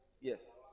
Yes